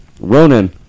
Ronan